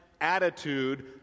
attitude